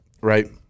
right